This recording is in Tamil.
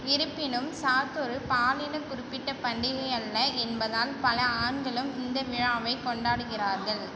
இருப்பினும் சாத் ஒரு பாலின குறிப்பிட்ட பண்டிகை அல்ல என்பதால் பல ஆண்களும் இந்த விழாவைக் கொண்டாடுகிறார்கள்